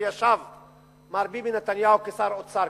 וישב כאן מר ביבי נתניהו כשר האוצר,